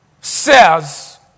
says